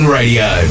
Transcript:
Radio